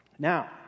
Now